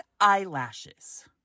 eyelashes